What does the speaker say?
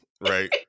right